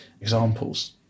examples